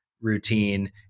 routine